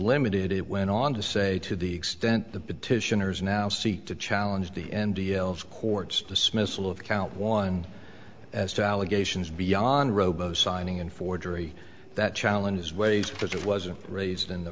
limited it went on to say to the extent the petitioner is now seek to challenge the n d l of court's dismissal of count one as to allegations beyond robo signing and forgery that challenges ways because it wasn't raised in the